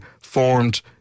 formed